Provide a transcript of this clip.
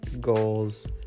goals